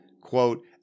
Quote